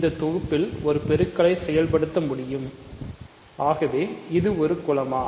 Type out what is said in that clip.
இந்த தொகுப்பில் ஒரு பெருக்கலை செயல்படுத்த முடியும் ஆகவே இது ஒரு குலமா